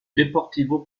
deportivo